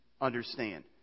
understand